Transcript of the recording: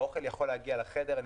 האוכל יכול להגיע לחדר.